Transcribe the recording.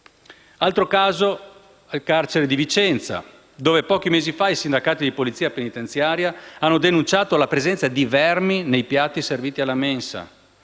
Altro caso è il carcere di Vicenza, dove pochi mesi fa i sindacati di polizia penitenziaria hanno denunciato la presenza di vermi nei piatti serviti alla mensa.